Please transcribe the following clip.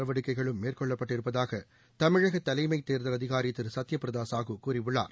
நடவடிக்கைகளும் மேற்கொள்ளப்பட்டிருப்பதாக தமிழக தலைமை தேர்தல் அதிகாரி திரு சத்யபிரதா சாஹூ கூறியுள்ளார்